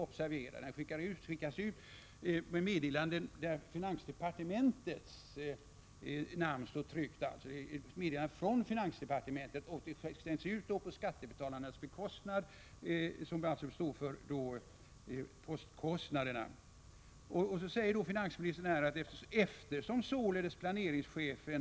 Observera alltså att den skickats ut med meddelanden från finansdepartementet, varvid skattebetalarna står för portokostnaderna. Så säger finansministern: ”Eftersom således planeringschefens brev i det — Prot.